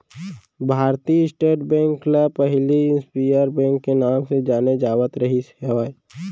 भारतीय State Bank ल पहिली इम्पीरियल बेंक के नांव ले जाने जावत रिहिस हवय